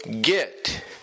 get